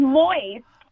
moist